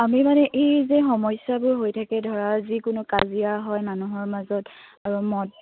আমি মানে এই যে সমস্যাবোৰ হৈ থাকে ধৰা যিকোনো কাজিয়া হয় মানুহৰ মাজত আৰু মদ